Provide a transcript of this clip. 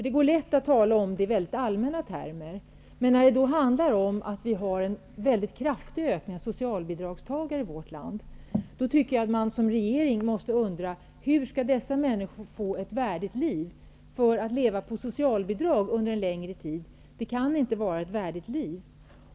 Det går lätt att tala i väldigt allmänna termer om värdigt liv, men när det handlar om att vi har en väldigt kraftig ökning av antalet socialbidragstagare i vårt land, tycker jag att regeringen måste undra hur dessa människor skall få ett värdigt liv. Att leva på socialbidrag under en längre tid kan inte vara ett värdigt liv.